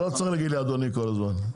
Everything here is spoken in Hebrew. אתה לא צריך להגיד לי אדוני כל הזמן.